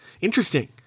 Interesting